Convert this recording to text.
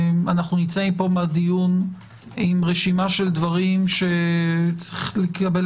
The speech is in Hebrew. אנו יוצאים מהדיון עם רשימת דברים שיש לקבל